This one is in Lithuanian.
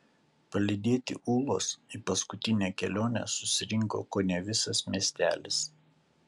palydėti ūlos į paskutinę kelionę susirinko kone visas miestelis